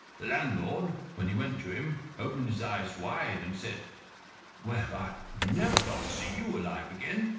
landlord, when he went to him, opened his eyes wide, and said well, i never thought to see you alive again.